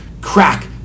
crack